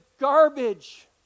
garbage